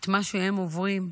ואת מה שהם עוברים,